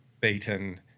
beaten